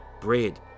bread